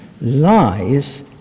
lies